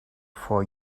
for